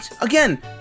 again